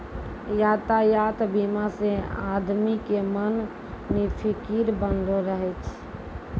यातायात बीमा से आदमी के मन निफिकीर बनलो रहै छै